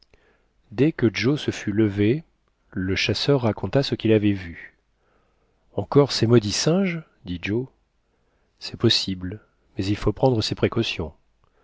dès que joe se fut levé le chasseur raconta ce qu'il avait vu encore ces maudits singes dit joe c'est possible mais il faut prendre ses précautions